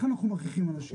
איך אנחנו מכריחים אנשים?